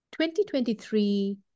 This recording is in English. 2023